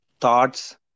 thoughts